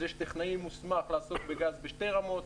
יש טכנאי מוסמך לעסוק בגז בשתי רמות,